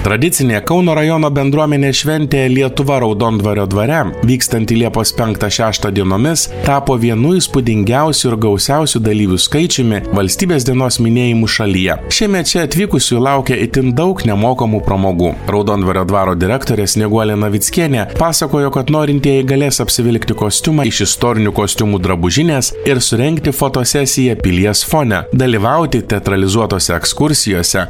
tradicinė kauno rajono bendruomenės šventė lietuva raudondvario dvare vykstanti liepos penktą šeštą dienomis tapo vienu įspūdingiausių ir gausiausiu dalyvių skaičiumi valstybės dienos minėjimų šalyje šiemet čia atvykusių laukia itin daug nemokamų pramogų raudondvario dvaro direktorė snieguolė navickienė pasakojo kad norintieji galės apsivilkti kostiumą iš istorinių kostiumų drabužinės ir surengti fotosesiją pilies fone dalyvauti teatralizuotose ekskursijose